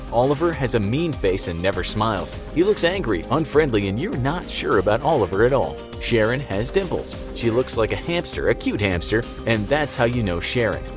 oliver has a mean face and never smiles. he looks angry, unfriendly, and you are not sure about oliver at all. sharon has dimples. she looks like a hamster, a cute hamster, and that's how you know sharon.